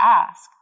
ask